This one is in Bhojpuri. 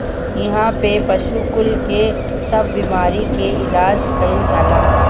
इहा पे पशु कुल के सब बेमारी के इलाज कईल जाला